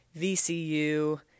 VCU